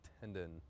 tendon